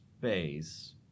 space